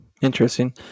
Interesting